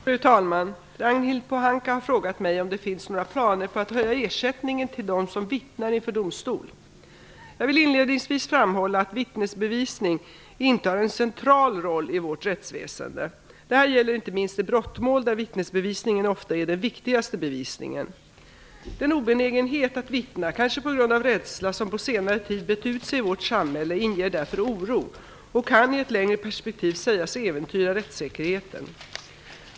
Fru talman! Ragnhild Pohanka har frågat mig om det finns några planer på att höja ersättningen till den som vittnar inför domstol. Jag vill inledningsvis framhålla att vittnesbevisning intar en central roll i vårt rättsväsende. Detta gäller inte minst i brottmål, där vittnesbevisningen ofta är den viktigaste bevisningen. Den obenägenhet att vittna, kanske på grund av rädsla, som på senare tid brett ut sig i vårt samhälle inger därför oro och kan i ett längre perspektiv sägas äventyra rättssäkerheten.